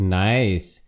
nice